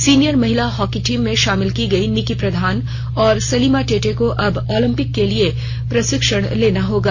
senior महिला hockey team में शामिल की गयी निक्की प्रधान ओर सलीमा टेटे को अब ओलंपिक के लिये प्रशिक्षण लेना होगा